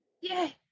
Yay